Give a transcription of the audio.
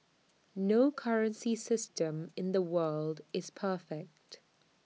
no currency system in the world is perfect